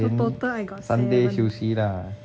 then sunday 休息 lah